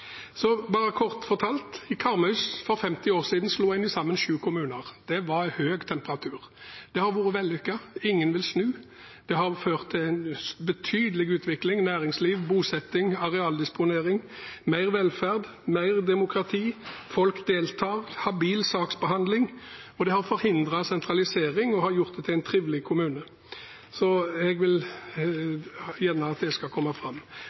Så det skal mer enn et fikenblad til for å skjule at den reformen ikke har ført til noe. Bare kort fortalt: På Karmøy for 50 år siden slo en sammen syv kommuner. Det var høy temperatur. Det har vært vellykket. Ingen vil snu. Det har ført til en betydelig utvikling innen næringsliv, bosetting, arealdisponering, mer velferd, mer demokrati, folk deltar, habil saksbehandling, og det har forhindret sentralisering og har gjort det til en trivelig kommune.